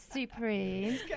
supreme